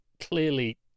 clearly